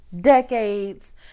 decades